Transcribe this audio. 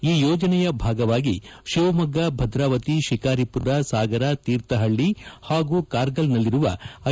ಈ ಯೋಜನೆಯ ಭಾಗವಾಗಿ ಶಿವಮೊಗ್ಗ ಭದ್ರಾವತಿ ಶಿಕಾರಿಪುರ ಸಾಗರ ತೀರ್ಥಹಳ್ಳಿ ಹಾಗೂ ಕಾರ್ಗಲ್ನಲ್ಲಿರುವ ಐ